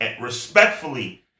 respectfully